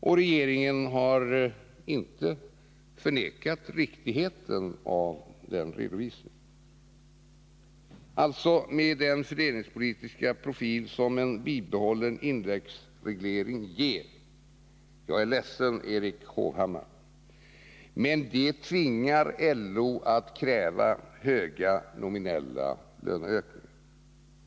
och regeringen har inte kunnat förneka riktigheten av den redovisningen. Alltså: med den fördelningspolitiska profil som en bibehållen indexreglering ger — jag är ledsen, Erik Hovhammar — tvingar man LO att kräva höga nominella löneökningar.